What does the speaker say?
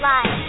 Live